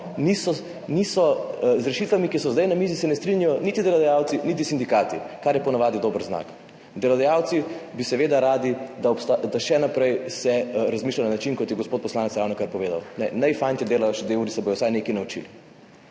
z rešitvami, ki so zdaj na mizi, se ne strinjajo niti delodajalci niti sindikati, kar je po navadi dober znak. Delodajalci bi seveda radi, da se še naprej razmišlja na način, kot je gospod poslanec ravnokar povedal. Naj fantje delajo še dve uri, se bodo vsaj nekaj naučili.